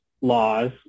laws